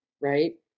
right